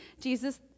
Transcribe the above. Jesus